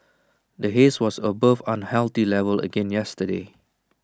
the haze was above unhealthy level again yesterday